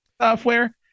software